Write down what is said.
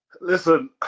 Listen